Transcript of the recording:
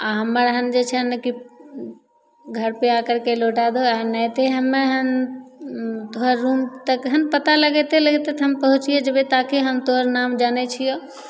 आओर हमर हैन जे छै ने कि घरपर आ करके लौटा दो आओर नहि तऽ हमे हैन तोहर रूम तक हैन पता लगेतय लगेतय तऽ हम पहुँचिये जेबय ताकि हम तोहर नाम जानय छियौ